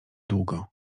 długo